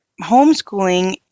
homeschooling